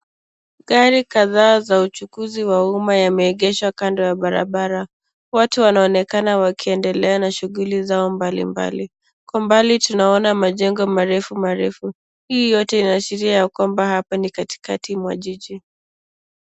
Gari kadhaa za uchukuzi wa umma yameegeshwa kando ya barabara. Watu wanaonekana wakiendelea na shughuli zao mbali mbali. Kwa mbali tunaona majengo marefu marefu. Hii yote inaashiria kwamba hapa ni katikati mwa jiji.